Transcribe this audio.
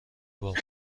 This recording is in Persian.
واق